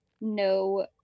no